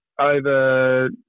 over